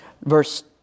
Verse